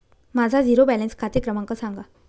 माझा zero balance खाते क्रमांक सांगा